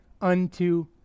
unto